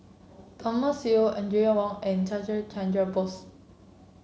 Thomas Yeo Audrey Wong and Chandra Chandra Bose